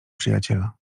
przyjaciela